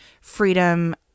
freedom